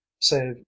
save